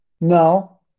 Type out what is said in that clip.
No